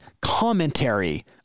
commentary